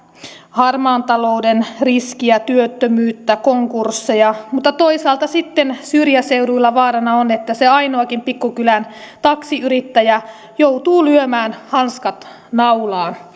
harmaan talouden riskiä työttömyyttä konkursseja mutta toisaalta syrjäseuduilla vaarana on että se ainoakin pikkukylän taksiyrittäjä joutuu lyömään hanskat naulaan